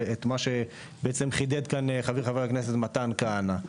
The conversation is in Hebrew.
ואת מה שבעצם חידד כאן חבר הכנסת מתן כהנא.